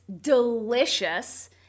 delicious